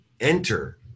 enter